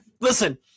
Listen